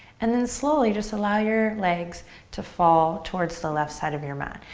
and then slowly just allow your legs to fall towards the left side of your mat.